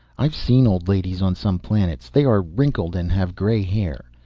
i've seen old ladies on some planets. they are wrinkled and have gray hair.